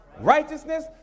righteousness